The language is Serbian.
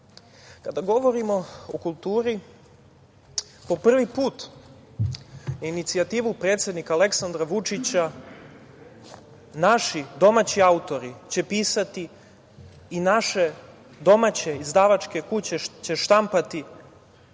govorimo o kulturi, po prvi put, inicijativa predsednika Aleksandra Vučića, naši domaći autori će pisati i naše domaće izdavačke kuće će štampati